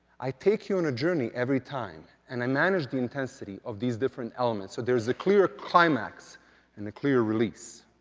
i take you on a journey every time, and i manage the intensity of these different elements so there is a clear climax and a clear release.